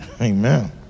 amen